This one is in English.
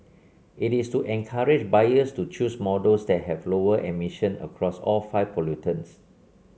it is to encourage buyers to choose models that have lower emission across all five pollutants